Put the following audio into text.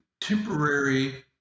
temporary